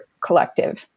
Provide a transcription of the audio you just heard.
Collective